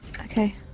okay